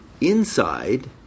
Inside